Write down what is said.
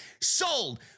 sold